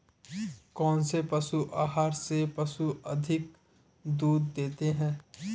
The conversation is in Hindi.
कौनसे पशु आहार से पशु अधिक दूध देते हैं?